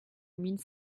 mille